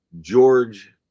George